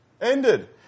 ended